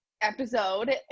episode